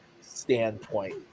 standpoint